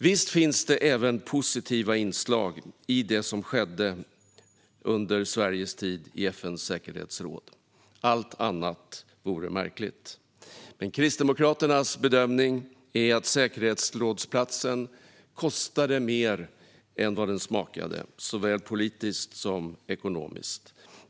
Visst finns det även positiva inslag i det som skedde under Sveriges tid i FN:s säkerhetsråd; allt annat vore märkligt. Men Kristdemokraternas bedömning är att säkerhetsrådsplatsen kostade mer än den smakade, såväl politiskt som ekonomiskt.